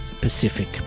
Pacific